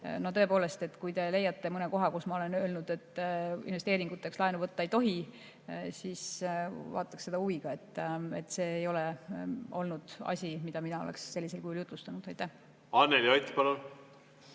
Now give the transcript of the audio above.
tõepoolest, kui te leiate mõne koha, kus ma olen öelnud, et investeeringuteks laenu võtta ei tohi, siis vaataks seda huviga. See ei ole olnud miski, mida mina oleks sellisel kujul jutustanud. Aitäh! Te teate